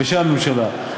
בשם הממשלה.